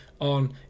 on